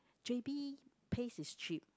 j_b paste is cheap